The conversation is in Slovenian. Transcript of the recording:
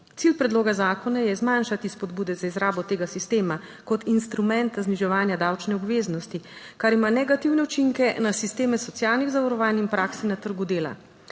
Cilj predloga zakona je zmanjšati spodbude za izrabo tega sistema kot instrumenta zniževanja davčne obveznosti. Kar ima negativne učinke na sisteme socialnih zavarovanj in prakse na trgu dela.